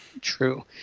true